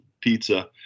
pizza